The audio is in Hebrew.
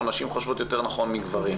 או נשים חושבות יותר נכון מגברים.